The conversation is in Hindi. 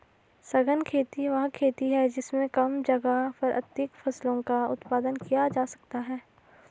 सघन खेती वह खेती है जिसमें कम जगह पर अधिक फसलों का उत्पादन किया जाता है